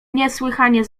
niesłychanie